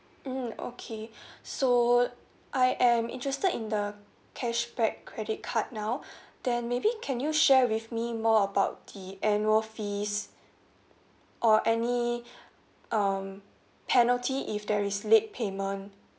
mmhmm okay so I am interested in the cashback credit card now then maybe can you share with me more about the annual fees or any um penalty if there is late payment